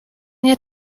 nie